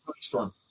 Storm